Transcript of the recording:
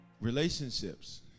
relationships